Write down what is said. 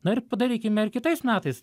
na ir padarykime ir kitais metais